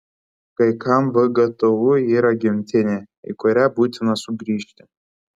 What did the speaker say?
kai kam vgtu yra gimtinė į kurią būtina sugrįžti